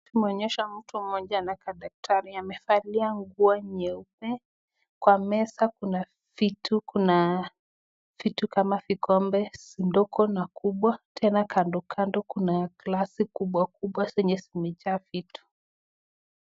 Inaonesha mtu mmoja anakaa daktari amevalia nguo nyeupe kwa meza kuna vitu . Kuna vitu kama vikombe, ndogo na kubwa tena kandokando kuna glasi kubwabwa zinye zimajaa vitu.